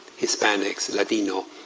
hispanics, latino,